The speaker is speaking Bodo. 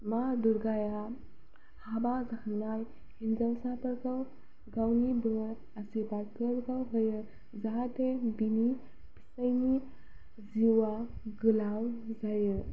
मा दुर्गाया हाबा होनाय हिनजावसाफोरखौ गावनि बोर आशिर्बादफोरखौ होयो जाहाथे बिनि फिसायनि जिउआ गोलाव जायो